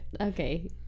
Okay